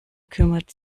kümmert